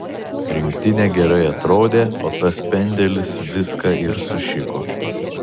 rinktinė gerai atrodė o tas pendelis viską ir sušiko